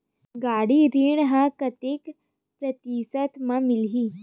गाड़ी ऋण ह कतेक प्रतिशत म मिलही?